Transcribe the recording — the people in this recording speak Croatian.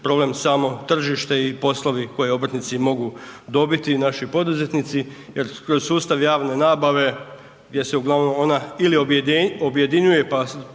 problem samo tržište i poslovi koje obrtnici mogu dobiti i naši poduzetnici jer kroz sustav javne nabave gdje se uglavnom ona ili objedinjuje